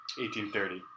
1830